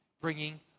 bringing